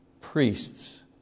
priests